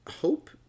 hope